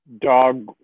dog